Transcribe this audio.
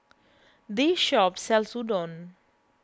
this shop sells Udon